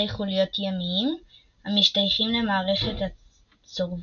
חוליות ימיים המשתייכים למערכת הצורבים.